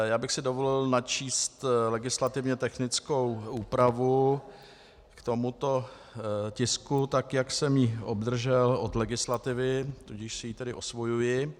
Já bych si dovolil načíst legislativně technickou úpravu k tomuto tisku tak, jak jsem ji obdržel od legislativy, tudíž si ji tedy osvojuji.